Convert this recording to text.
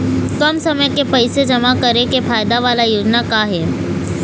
कम समय के पैसे जमा करे के फायदा वाला योजना का का हे?